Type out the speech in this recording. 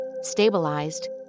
Stabilized